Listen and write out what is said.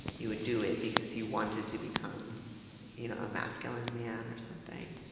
you would do it because you wanted to become you know a masculine man or something,